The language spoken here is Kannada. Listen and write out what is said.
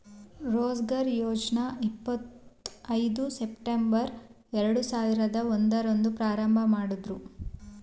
ರೋಜ್ಗಾರ್ ಯೋಜ್ನ ಇಪ್ಪತ್ ಐದು ಸೆಪ್ಟಂಬರ್ ಎರಡು ಸಾವಿರದ ಒಂದು ರಂದು ಪ್ರಾರಂಭಮಾಡುದ್ರು